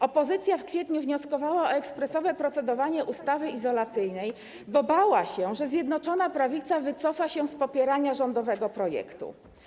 Opozycja w kwietniu wnioskowała o ekspresowe procedowanie nad ustawą izolacyjną, bo bała się, że Zjednoczona Prawica wycofa się z popierania rządowego projektu.